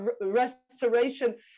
restoration